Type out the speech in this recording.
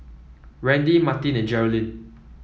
Randy Marty and Jerilyn